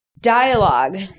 Dialogue